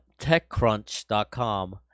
techcrunch.com